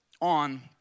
on